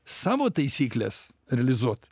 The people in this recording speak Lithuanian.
savo taisykles realizuoti